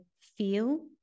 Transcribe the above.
feel